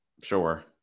sure